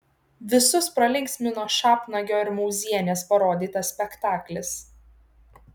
visus pralinksmino šapnagio ir mauzienės parodytas spektaklis